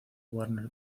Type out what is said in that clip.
warner